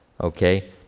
Okay